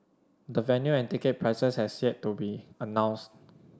the venue and ticket prices has yet to be announced